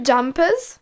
Jumpers